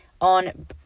on